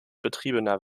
betriebener